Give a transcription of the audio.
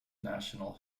national